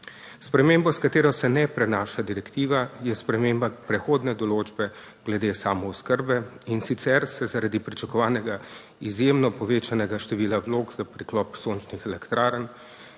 Sprememba, s katero se ne prenaša direktiva, je sprememba prehodne določbe glede samooskrbe, in sicer se zaradi pričakovanega izjemno povečanega števila vlog za priklop sončnih elektrarn